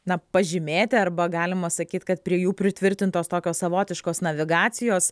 na pažymėti arba galima sakyt kad prie jų pritvirtintos tokios savotiškos navigacijos